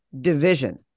division